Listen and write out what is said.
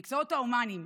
המקצועות ההומניים,